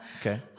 Okay